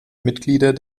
mitglieder